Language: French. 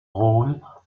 rôles